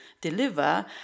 deliver